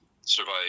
survive